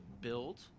build